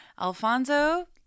Alfonso